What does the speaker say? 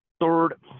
Third